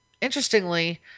interestingly